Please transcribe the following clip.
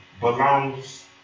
belongs